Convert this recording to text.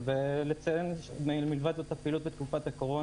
אני רוצה לציין מלבד זאת את הפעילות יחד עם הסוכנות בתקופת הקורונה.